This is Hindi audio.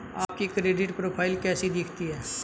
आपकी क्रेडिट प्रोफ़ाइल कैसी दिखती है?